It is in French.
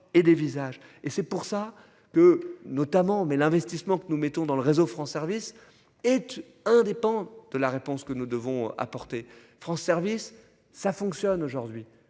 et c'est pour ça que, notamment, mais l'investissement que nous mettons dans le réseau France service et indépendant. De la réponse que nous devons apporter France service ça fonctionne aujourd'hui